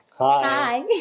hi